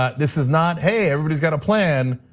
ah this is not, hey, everybody's got a plan,